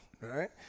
right